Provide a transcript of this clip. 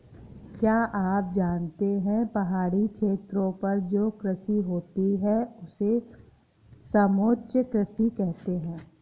क्या आप जानते है पहाड़ी क्षेत्रों पर जो कृषि होती है उसे समोच्च कृषि कहते है?